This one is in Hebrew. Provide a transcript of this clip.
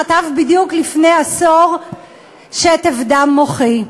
חטף בדיוק לפני עשור שטף-דם מוחי.